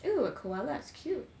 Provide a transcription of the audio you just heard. eh koala is cute